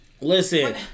Listen